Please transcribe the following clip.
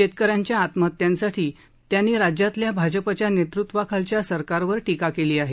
शेतकऱ्यांच्या आत्महत्यांसाठी त्यांनी राज्यातील भाजपच्या नेतृत्वाखालील सरकारवर टीका केली आहे